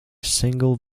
single